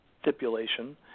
stipulation